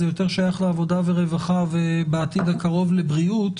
זה יותר שייך לעבודה ורווחה ובעתיד הקרוב לבריאות,